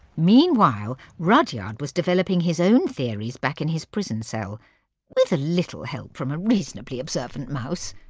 meanwhile, rudyard was developing his own theories back in his prison cell with a little help from a reasonably observant mouse.